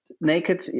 naked